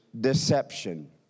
deception